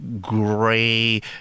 gray